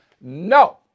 No